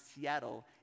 Seattle